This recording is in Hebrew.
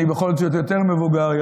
אני בכל זאת יותר מבוגר,